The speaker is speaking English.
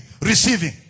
Receiving